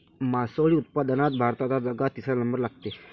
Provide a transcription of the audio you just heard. मासोळी उत्पादनात भारताचा जगात तिसरा नंबर लागते